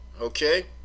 okay